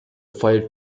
fire